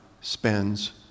spends